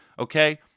Okay